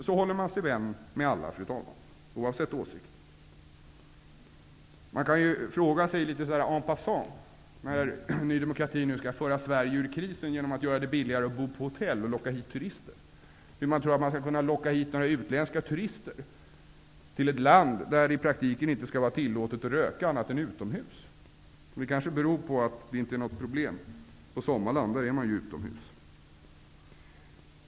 Så håller man sig vän med alla, fru talman, oavsett åsikter. Man kan fråga sig litet en passant, när Ny demokrati nu skall föra Sverige ur krisen genom att göra det billigare att bo på hotell och locka hit turister, hur man tror att man kan locka hit några utländska turister till ett land där det i praktiken inte skall vara tillåtet att röka annat än utomhus. Det kanske beror på att det inte är något problem på Sommarland -- där är man ju utomhus.